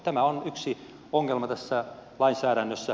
tämä on yksi ongelma tässä lainsäädännössä